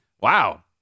Wow